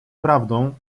prawdą